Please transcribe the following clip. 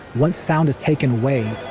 once sound is taken away.